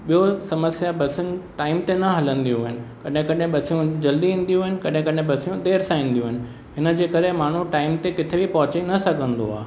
ॿियो समस्या बसुनि टाइम ते न हलंदियू आहिनि कॾहिं कॾहिं बसियुनि जल्दी ईंदियूं आहिनि कॾहिं कॾहिं बसियूं देरि सां ईंदियूं आहिनि हिन जे करे माण्हू टाइम ते किथे बि पहुची न सघंदो आहे